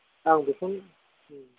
आं बेखौनो ओं